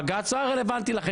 היה רלוונטי לכם,